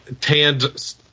tanned